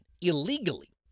illegally